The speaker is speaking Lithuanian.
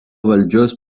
valdžios